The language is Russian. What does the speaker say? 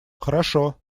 хорошо